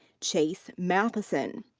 chase mathison.